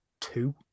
two